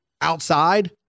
outside